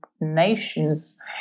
nations